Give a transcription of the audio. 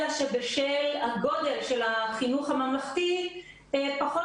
אלא שבשל הגודל של החינוך הממלכתי פחות